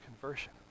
conversion